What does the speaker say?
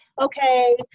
Okay